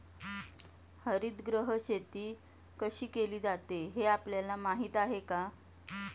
हरितगृह शेती कशी केली जाते हे आपल्याला माहीत आहे का?